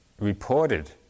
reported